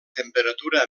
temperatura